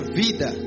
vida